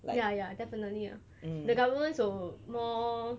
ya ya definitely ah the government were so more